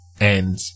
and-